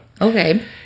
Okay